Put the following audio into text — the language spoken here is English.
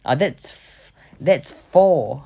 ah that's f~ that's four